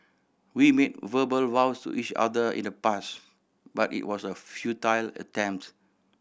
we made verbal vows to each other in the past but it was a futile attempt